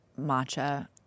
matcha